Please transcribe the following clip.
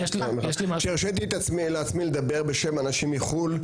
כשהרשיתי לעצמי לדבר בשם אנשים מחו"ל,